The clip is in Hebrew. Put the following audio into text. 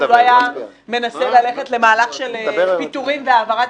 שהוא לא היה מנסה ללכת למהלך של פיטורים והעברת